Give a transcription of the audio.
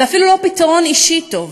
זה אפילו לא פתרון אישי טוב,